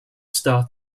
sta